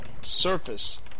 surface